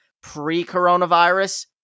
pre-coronavirus